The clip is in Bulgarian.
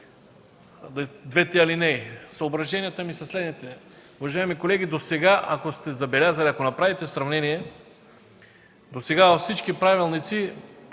двете алинеи. Съображенията ми са следните. Уважаеми колеги, ако сте забелязали, ако направите сравнение, досега във всички правилници